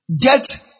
Get